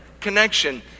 connection